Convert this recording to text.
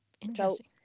Interesting